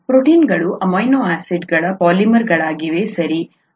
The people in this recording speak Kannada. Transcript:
ಪ್ರೋಟೀನ್ಗಳು ಅಮೈನೋ ಆಸಿಡ್ಗಳ ಪಾಲಿಮರ್ಗಳಾಗಿವೆ ಸರಿ